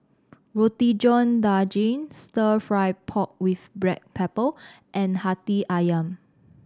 Roti John Daging Stir Fry pork with black pepper and Hati Ayam